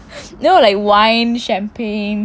no like wine champagne